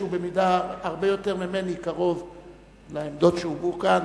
שהוא קרוב הרבה יותר ממני לעמדות שהובעו כאן.